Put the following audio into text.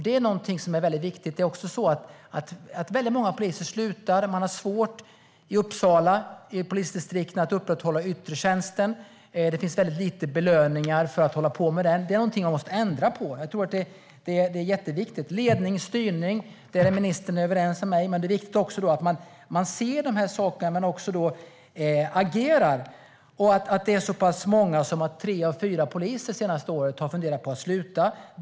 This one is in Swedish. Det är viktigt. Många poliser slutar. I Uppsala polisdistrikt är det svårt att upprätthålla en fungerande yttre tjänst. Det finns få belöningar för den. Det är något som måste ändras - och det är viktigt. I frågan om ledning och styrning är ministern överens med mig. Det är viktigt att inte bara se dessa frågor utan att också agera. Så pass många som tre av fyra poliser har det senaste året funderat på att sluta.